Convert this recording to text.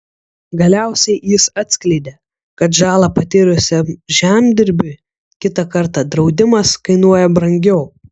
galiausiai jis atskleidė kad žalą patyrusiam žemdirbiui kitą kartą draudimas kainuoja brangiau